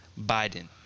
Biden